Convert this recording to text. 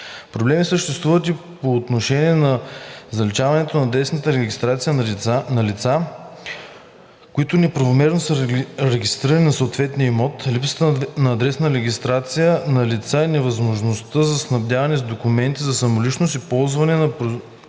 Проблеми съществуват и по отношение на заличаването на адресната регистрация на лица, които неправомерно са регистрирани на съответния адрес, липсата на адресна регистрация на лица и невъзможността за снабдяване с документи за самоличност и ползване на произтичащите